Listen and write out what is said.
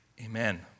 Amen